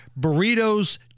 burritos